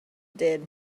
did